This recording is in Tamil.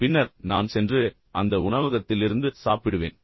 பின்னர் நான் சென்று அந்த உணவகத்திலிருந்து சாப்பிடுவேன்